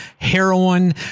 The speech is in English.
heroin